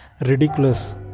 ridiculous